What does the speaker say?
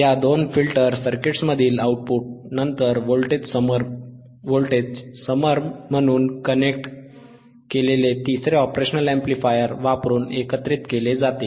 या दोन फिल्टर सर्किट्समधील आउटपुट नंतर व्होल्टेज समर म्हणून कनेक्ट केलेले तिसरे ऑपरेशनल अॅम्प्लिफायर वापरून एकत्रित केले जाते